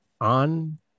on